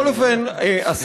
בכל אופן,